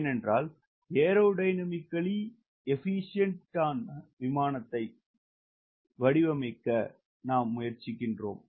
ஏனென்றால் ஏரோடையனமிக்கல்லி திறமையான விமானத்தை வடிவமைக்க நாம் முயற்சிக்கின்றோம்